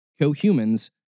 co-humans